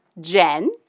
Jen